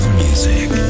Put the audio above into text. music